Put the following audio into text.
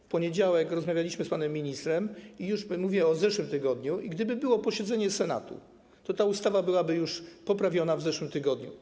W poniedziałek rozmawialiśmy z panem ministrem - mówię o zeszłym tygodniu - i gdyby było posiedzenie Senatu, to ta ustawa byłaby już poprawiona w zeszłym tygodniu.